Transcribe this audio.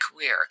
career